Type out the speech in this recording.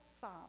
psalm